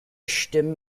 stimmen